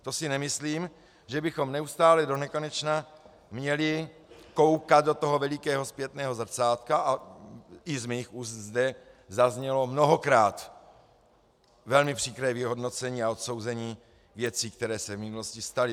To si nemyslím, že bychom neustále donekonečna měli koukat do toho velikého zpětného zrcátka, a i z mých úst zde zaznělo mnohokrát velmi příkré vyhodnocení a odsouzení věcí, které se v minulosti staly.